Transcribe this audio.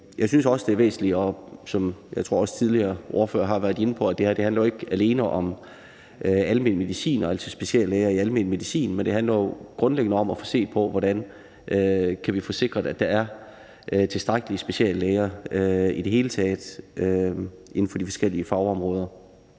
Jeg synes også, at det er væsentligt, sådan som jeg også tror at tidligere ordførere har været inde på, at sige, at det her jo ikke alene handler om speciallæger i almen medicin. Det handler jo grundlæggende om at få set på, hvordan vi kan få sikret, at der er tilstrækkeligt med speciallæger i det hele taget inden for de forskellige fagområder.